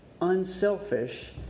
Unselfish